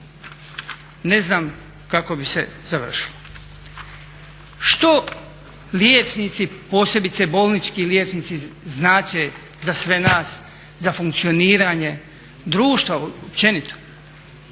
Ne znam kako bi se završilo. Što liječnici, posebice bolnički liječnici znače za sve nas, za funkcioniranje društva općenito.